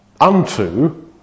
unto